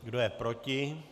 Kdo je proti?